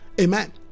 Amen